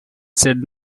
said